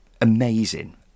amazing